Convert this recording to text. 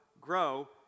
grow